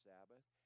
Sabbath